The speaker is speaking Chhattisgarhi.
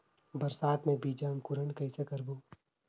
बरसात मे बीजा अंकुरण कइसे करबो?